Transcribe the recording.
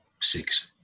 Six